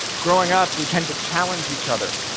growing up, we tend to challenge each other.